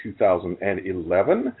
2011